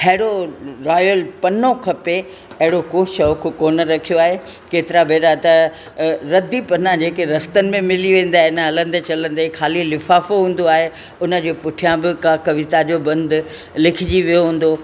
अहिड़ो रॉयल पनो खपे अहिड़ो को शौक़ु कोन रखियो आहे केतिरा भेरा त रदी पना जेके रस्तनि में मिली वेंदा आहिनि हलंदे चलंदे ख़ाली लिफ़ाफ़ो हूंदो आहे उन जे पुठियां बि का कविता जो बंदु लिखिजी वियो हूंदो